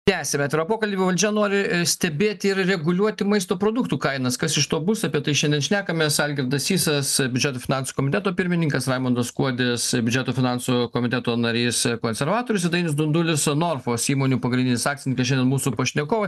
tęsiam atvirą pokalbį valdžia nori stebėti ir reguliuoti maisto produktų kainas kas iš to bus apie tai šiandien šnekamės algirdas sysas biudžeto finansų komiteto pirmininkas raimundas kuodis biudžeto finansų komiteto narys konservatorius ir dainius dundulis norfos įmonių pagrindinis akcininkas šaindien mūsų pašnekovai